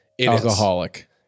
alcoholic